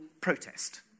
protest